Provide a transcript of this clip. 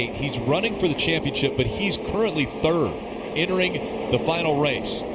he's running for the championship but he's currently third entering the final race.